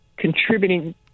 contributing